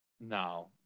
no